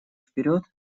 вперед